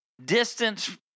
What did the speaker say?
Distance